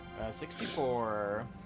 64